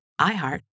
iHeart